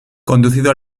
conducido